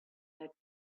that